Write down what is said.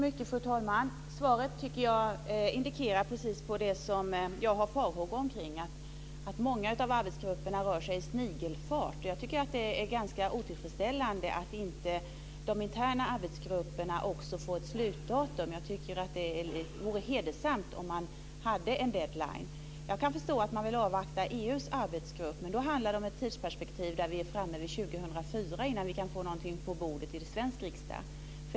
Fru talman! Svaret tycker jag indikerar precis det som jag har farhågor om, att många av arbetsgrupperna rör sig i snigelfart. Jag tycker att det är ganska otillfredsställande att inte de interna arbetsgrupperna också får ett slutdatum. Jag tycker att det vore hedersamt om man hade en deadline. Jag kan förstå att man vill avvakta EU:s arbetsgrupp, men då handlar det om ett tidsperspektiv där vi är framme vid 2004 innan vi kan få någonting på bordet i svensk riksdag.